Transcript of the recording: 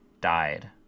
died